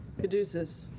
caduceus.